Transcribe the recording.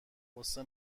قصه